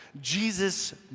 Jesus